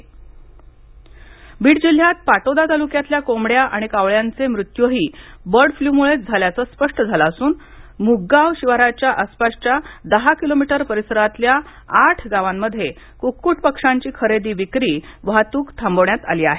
बीड पक्षी मत्य बीड जिल्ह्यात पाटोदा तालुक्यातल्या कोंबड्या आणि कावळ्यांचे मृत्यूही बर्ड फ्लूमुळेच झाल्याचं स्पष्ट झालं असून मुगगाव शिवाराच्या आसपासच्या दहा किलोमीटर परिसरातल्या आठ गावामध्ये कुक्कुट पक्षांची खरेदी विक्री वाहतूक थांबवण्यात आली आहे